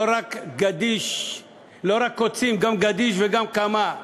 לא רק קוצים, גם גדיש וגם קמה.